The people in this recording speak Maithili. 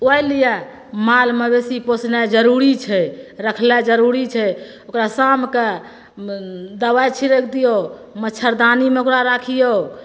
ओहए लिए माल मबेशी पोसनाइ जरूरी छै रखनाइ जरूरी छै ओकरा शाम कए मन दबाइ छिड़ैक दियौ मच्छरदानीमे ओकरा राखियौ